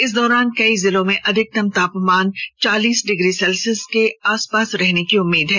इस दौरान कई जिलों में अधिकतम तापमान चालीस डिग्री सेल्सियस के आसपास रहने की उम्मीद है